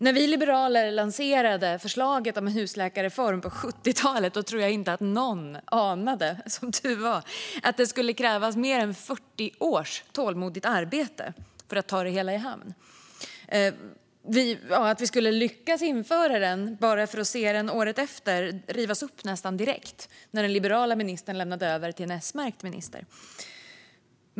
När vi liberaler lanserade förslaget om en husläkarreform på 70-talet tror jag inte att någon anade, som tur var, att det skulle krävas mer än 40 års tålmodigt arbete för att ta det hela i hamn, eller att vi skulle lyckas införa den bara för att året efter se den rivas upp nästan direkt när den liberala ministern lämnade över till en S-märkt minister.